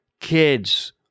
kids